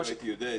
אם הייתי יודע,